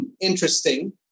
interesting